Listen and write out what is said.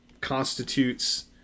constitutes